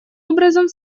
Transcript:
образом